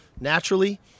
naturally